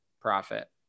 profit